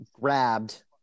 grabbed